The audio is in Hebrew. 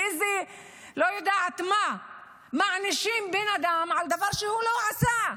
באיזה לא יודעת מה מענישים בן אדם על דבר שהוא לא עשה?